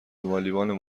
والیبال